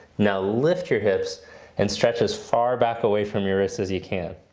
now lift your hips and stretch as far back away from your wrists as you can.